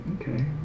Okay